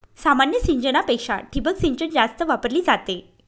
सामान्य सिंचनापेक्षा ठिबक सिंचन जास्त वापरली जाते